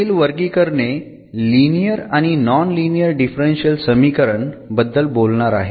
पुढील वर्गीकरणे लिनियर आणि नॉन लिनियर डिफरन्शियल समीकरण बद्दल बोलणार आहेत